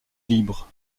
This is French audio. libre